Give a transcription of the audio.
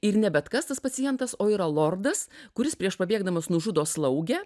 ir ne bet kas tas pacientas o yra lordas kuris prieš pabėgdamas nužudo slaugę